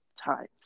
times